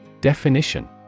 Definition